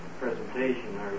presentation